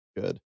good